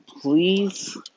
Please